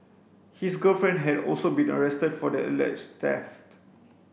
his girlfriend had also been arrested for the alleged theft